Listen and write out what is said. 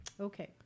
Okay